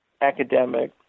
academic